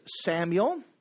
Samuel